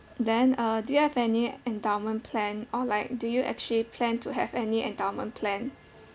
then uh do you have any endowment plan or like do you actually plan to have any endowment plan